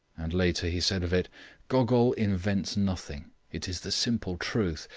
and later he said of it gogol invents nothing it is the simple truth,